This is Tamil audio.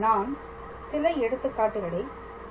நான் சில எடுத்துக்காட்டுகளை தீர்க்கிறேன்